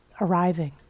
arriving